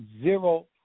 zero